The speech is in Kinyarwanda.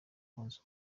konsa